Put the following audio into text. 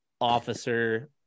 officer